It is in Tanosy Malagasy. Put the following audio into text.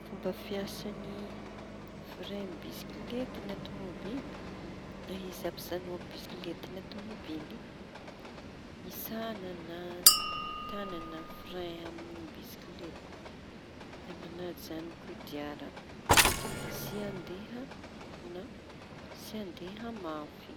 Ny fomba fiasañy frain bisikileta na tômabily. Da izy hampijañoaña bisikileta na tomôbily hitsahaña na tañana frain amy bisikilety da mañajano kodiara tsy handeha na tsy andeha mafy.